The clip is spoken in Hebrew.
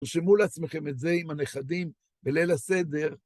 תרשמו לעצמכם את זה עם הנכדים בליל הסדר.